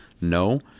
No